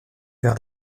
vers